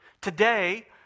Today